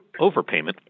overpayment